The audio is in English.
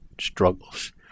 struggles